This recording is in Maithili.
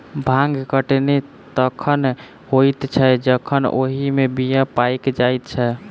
भांग कटनी तखन होइत छै जखन ओहि मे बीया पाइक जाइत छै